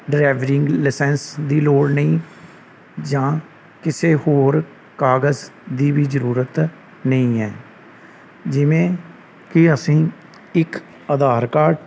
ਡਰਾਵਰਿੰਗ licence ਦੀ ਲੋੜ ਨਹੀਂ ਜਾਂ ਕਿਸੇ ਹੋਰ ਕਾਗਜ਼ ਦੀ ਵੀ ਜ਼ਰੂਰਤ ਨਹੀਂ ਹੈ ਜਿਵੇਂ ਕਿ ਅਸੀਂ ਇੱਕ ਆਧਾਰ ਕਾਰਡ